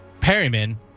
Perryman